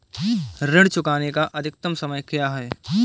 ऋण चुकाने का अधिकतम समय क्या है?